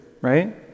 right